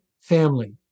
family